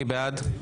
מי בעד?